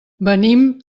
venim